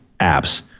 apps